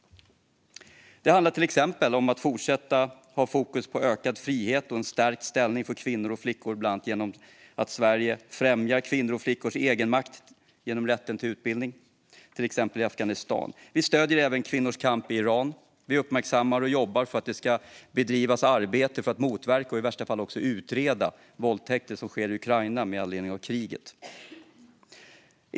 Det handlar till exempel om att fortsätta ha fokus på ökad frihet och en stärkt ställning för kvinnor och flickor, bland annat genom att Sverige främjar kvinnors och flickors egenmakt genom rätten till utbildning, till exempel i Afghanistan. Vi stöder även kvinnors kamp i Iran. Vi uppmärksammar och jobbar för att det ska bedrivas arbete för att motverka och i värsta fall utreda våldtäkter som sker i Ukraina med anledning av kriget.